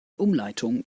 umleitung